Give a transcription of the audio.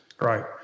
Right